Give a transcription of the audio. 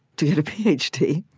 to get a ph d.